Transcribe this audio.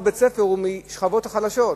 רוב בית-הספר הוא מהשכבות החלשות.